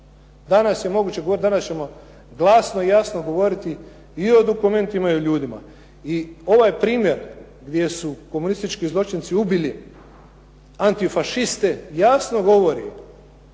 danas ćemo glasno i jasno govoriti i o dokumentima i o ljudima. I ovaj primjer gdje su komunistički zločinci ubili antifašiste jasno govori